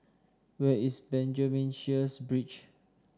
where is Benjamin Sheares Bridge